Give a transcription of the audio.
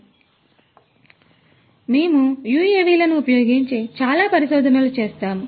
కాబట్టి మేము UAV లను ఉపయోగించి చాలా పరిశోధనలు చేస్తాము